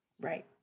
Right